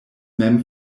mem